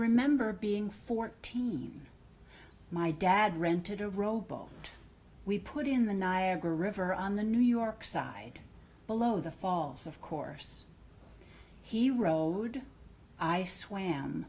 remember being fourteen my dad rented a rowboat we put in the niagara river on the new york side below the falls of course he rode i swam